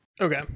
Okay